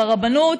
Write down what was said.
ברבנות,